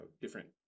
different